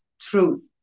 truth